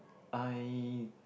I